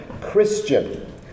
Christian